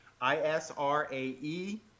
I-S-R-A-E